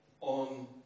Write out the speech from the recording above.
on